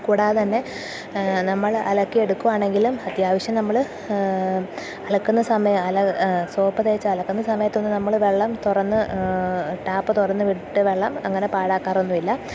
കൂടാതെ തന്നെ നമ്മള് അലക്കിയെടുക്കുകയാണെങ്കിലും അത്യാവശ്യം നമ്മള് അലക്കുന്ന സമയം സോപ്പ് തേച്ച് അലക്കുന്ന സമയത്തൊന്ന് നമ്മള് വെള്ളം തുറന്ന് ടാപ്പ് തുറന്നുവിട്ടു വെള്ളം അങ്ങനെ പാഴാക്കാറൊന്നും ഇല്ല